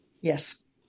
yes